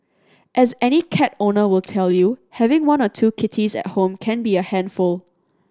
as any cat owner will tell you having one or two kitties at home can be a handful